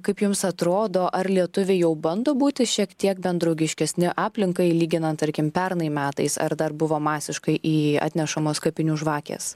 kaip jums atrodo ar lietuviai jau bando būti šiek tiek bent draugiškesni aplinkai lyginant tarkim pernai metais ar dar buvo masiškai į atnešamos kapinių žvakės